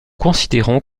considérons